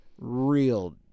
real